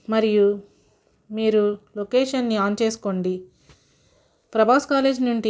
మరియు మీరు లోకేషన్ని ఆన్ చేసుకోండి ప్రభాస్ కాలేజ్ నుండి